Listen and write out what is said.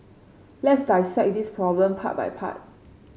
let's dissect this problem part by part